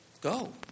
Go